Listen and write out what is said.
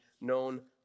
known